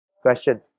Question